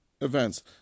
events